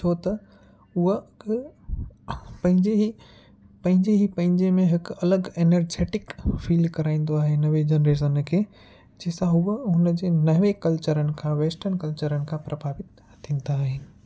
छो त हूअ कि पंहिंजे ई पंहिंजे ई पंहिंजे में हिकु अलॻि एनर्जेटिक फ़ील कराईंदो आहे नवे जनिरेसन खे जंहिंसां हूअ हुन जे नवे कलचरनि खां वेस्टर्न कलचरनि खां प्रभावित थींदा आहिनि